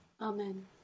Amen